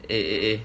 eh eh eh